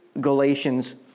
Galatians